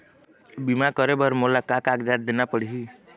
बीमा करे बर मोला का कागजात देना पड़ही?